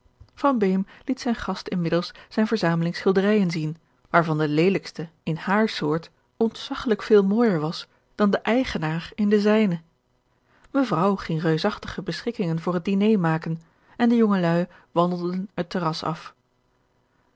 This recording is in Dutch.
liet zijn gast inmiddels zijne verzameling schilderijen zien waarvan de leelijkste in hare soort ontzaggelijk veel mooijer was dan de eigenaar in de zijne mevrouw ging reusachtige beschikkingen voor het diner maken en de jongeluî wandelden het terras af